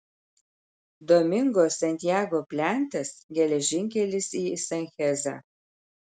domingo santiago plentas geležinkelis į sanchezą